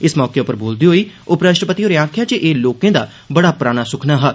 इस मौके उप्पर बोलदे होई उप राष्ट्रपति होरें आक्खेआ जे एह् लोकें दा बड़ा पराना सुखना हा